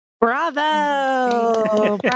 Bravo